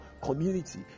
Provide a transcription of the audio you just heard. community